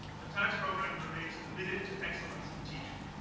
the tax program remains committed to excellence in teaching.